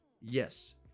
yes